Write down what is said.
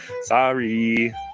Sorry